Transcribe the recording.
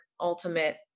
ultimate